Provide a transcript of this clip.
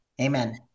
Amen